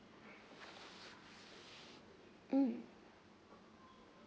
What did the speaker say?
mm